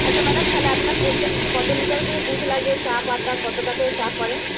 আচ্ছা ম্যাডাম তাহলে আপনার প্রত্যেক দিন কত লিটার করে দুধ লাগে চা পাতা কতটা করে চা করেন